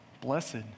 blessed